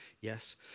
Yes